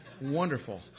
wonderful